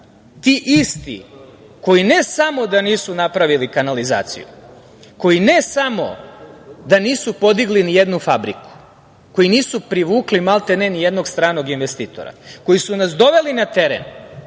Ti isti koji ne samo da nisu napravili kanalizaciju, koji ne samo da nisu podigli nijednu fabriku, koji nisu privukli maltene nijednog stranog investitora, koji su nas doveli na teren